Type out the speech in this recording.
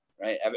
right